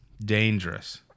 Dangerous